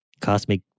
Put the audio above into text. cosmic